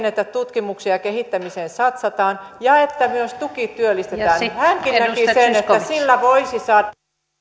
että tutkimukseen ja kehittämiseen satsataan ja että myös tukityöllistetään hänkin näki että sillä voisi saada